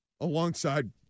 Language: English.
Alongside